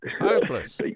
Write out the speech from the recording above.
Hopeless